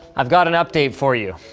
i've got an update for you.